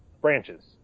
branches